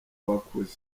abakuze